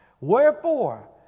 wherefore